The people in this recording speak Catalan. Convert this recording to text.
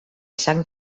sang